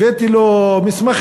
הבאתי לו מסמכים,